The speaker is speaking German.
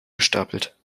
gestapelt